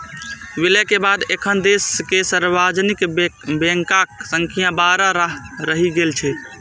विलय के बाद एखन देश मे सार्वजनिक बैंकक संख्या बारह रहि गेल छै